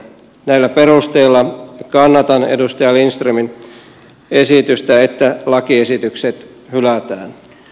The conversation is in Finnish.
näillä perusteilla kannatan edustaja lindströmin esitystä että lakiesitykset hylätään